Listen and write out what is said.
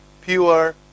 pure